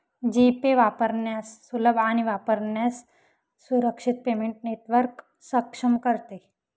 जी Pay वापरण्यास सुलभ आणि वापरण्यास सुरक्षित पेमेंट नेटवर्क सक्षम करते